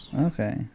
Okay